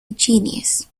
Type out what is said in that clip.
genius